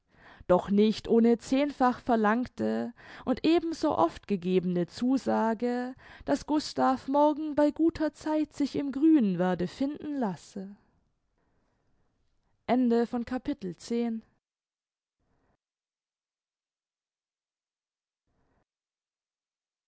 doch nicht ohne zehnfach verlangte und eben so oft gegebene zusage daß gustav morgen bei guter zeit sich im grünen werde finden lassen